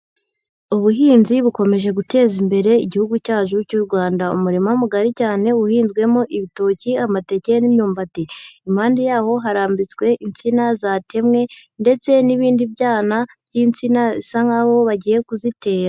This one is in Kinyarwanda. Ubuhinzi bukomeje guteza imbere igihugu cyacu cy'u Rwanda. Umurima mugari cyane uhinzwemo ibitoki, amateke n'imyumbati, impande yaho harambitswe insina zatemwe ndetse n'ibindi byana by'insina bisa nkaho bagiye kuzitera.